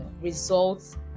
results